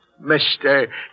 Mister